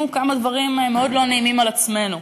כמה דברים מאוד לא נעימים על עצמנו,